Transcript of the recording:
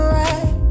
right